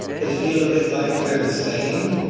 they feel a bit like they're the same.